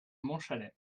montchalin